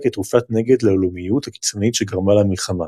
כתרופת נגד ללאומיות הקיצונית שגרמה למלחמה.